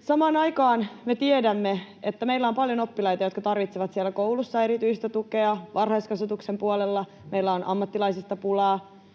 Samaan aikaan me tiedämme, että meillä on paljon oppilaita, jotka tarvitsevat siellä koulussa erityistä tukea, varhaiskasvatuksen puolella meillä on ammattilaisista pulaa,